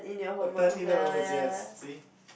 either members yes see